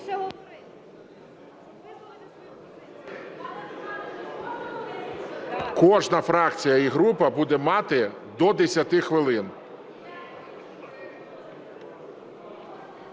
Кожна фракція і група буде мати до 10 хвилин.